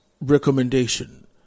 recommendation